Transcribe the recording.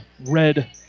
red